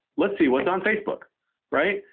let's see what's on facebook right?